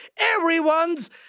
Everyone's